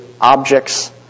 objects